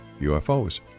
UFOs